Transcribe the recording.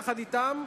יחד אתם,